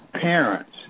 parents